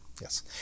yes